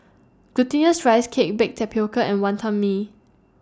Glutinous Rice Cake Baked Tapioca and Wantan Mee